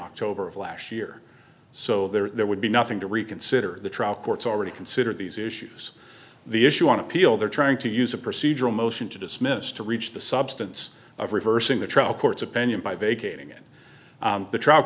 october of last year so there would be nothing to reconsider the trial courts already consider these issues the issue on appeal they're trying to use a procedural motion to dismiss to reach the substance of reversing the trial court's opinion by vacating at the tr